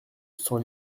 sans